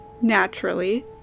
Naturally